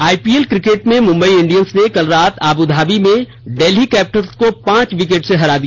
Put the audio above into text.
IPL cricket में Mumbai Indians ने कल रात आबू धाबी में डेल्ही कैपिटल्स को पांच विकेट से हरा दिया